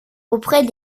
auprès